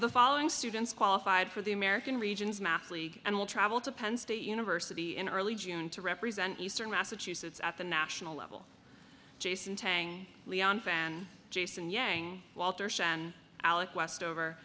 the following students qualified for the american regions math league and will travel to penn state university in early june to represent eastern massachusetts at the national level jason tang leon fan jason yang walter shannon alec westover